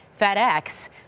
fedex